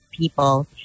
People